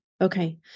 Okay